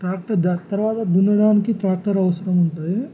tractor దాని తరవాత దున్నడానికి ట్రాక్టర్ అవసరం ఉంటుంది